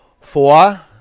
Four